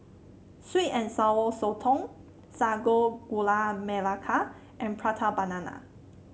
sweet and Sour Sotong Sago Gula Melaka and Prata Banana